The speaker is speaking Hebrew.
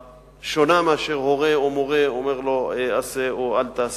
שונה מאשר הורה או מורה שאומר לו: עשה או אל תעשה.